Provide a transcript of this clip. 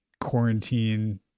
quarantine